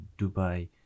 Dubai